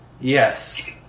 Yes